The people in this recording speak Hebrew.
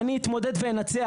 אני אתמודד ואנצח.